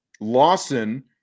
Lawson